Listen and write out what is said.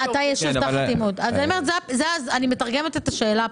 אני מתרגמת את השאלה.